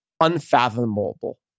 unfathomable